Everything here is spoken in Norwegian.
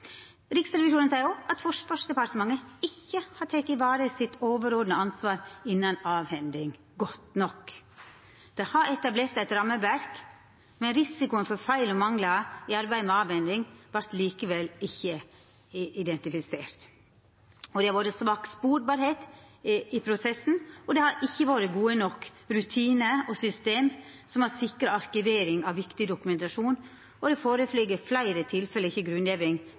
Riksrevisjonen seier òg at Forsvarsdepartementet ikkje har teke i vare det overordna ansvaret for avhending godt nok. Dei har etablert eit rammeverk, men risikoen for feil og manglar i arbeidet med avhendinga vart likevel ikkje identifisert. Det har vore svak sporbarheit i prosessen, det har ikkje vore gode nok rutinar og system for å sikra arkivering av viktig dokumentasjon, og det ligg i fleire tilfelle ikkje føre grunngjeving